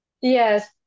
Yes